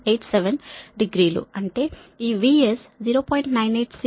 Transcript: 87 degree లు అంటే ఈ VS 0